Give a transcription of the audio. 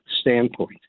standpoint